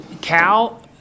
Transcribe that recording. Cal